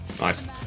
Nice